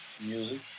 music